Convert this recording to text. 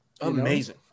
Amazing